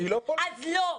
אז לא.